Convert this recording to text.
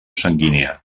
sanguínia